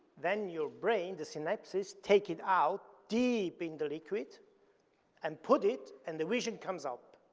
then your brain, the synapses take it out deep in the liquid and put it, and the vision comes up,